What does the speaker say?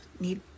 need